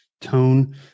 tone